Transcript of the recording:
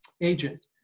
agent